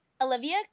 Olivia